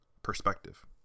perspective